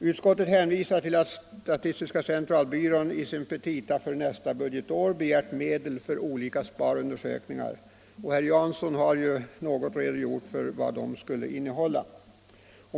Utskottet hänvisar vidare till att statistiska centralbyrån i sina petita för nästa budgetår begärt medel för olika sparundersökningar, och herr Jansson har något redogjort för vad de skulle innehålla.